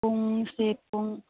ꯄꯨꯡꯁꯦ ꯄꯨꯡ